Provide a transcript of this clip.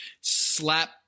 slap